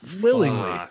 willingly